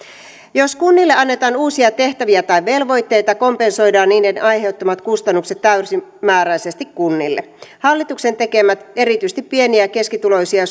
jos kunnille annetaan uusia tehtäviä tai velvoitteita kompensoidaan niiden aiheuttamat kustannukset täysimääräisesti kunnille hallituksen tekemät erityisesti pieni ja keskituloisia